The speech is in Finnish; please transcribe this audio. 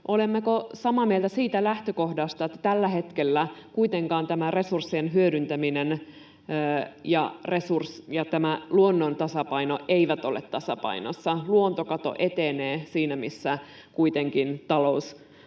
olemmeko samaa mieltä siitä lähtökohdasta, että tällä hetkellä kuitenkaan tämä resurssien hyödyntäminen ja luonnon tasapaino eivät ole tasapainossa? Luontokato etenee siinä, missä talous